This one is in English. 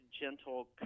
gentle